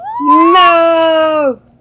No